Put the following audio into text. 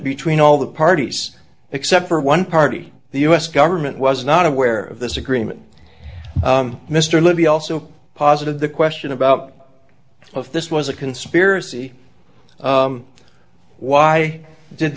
between all the parties except for one party the u s government was not aware of this agreement mr libby also positive the question about all of this was a conspiracy why did